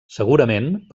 segurament